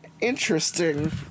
Interesting